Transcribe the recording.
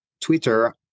Twitter